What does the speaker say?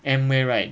Amway right